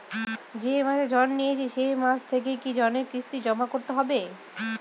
যে মাসে ঋণ নিয়েছি সেই মাস থেকেই কি ঋণের কিস্তি জমা করতে হবে?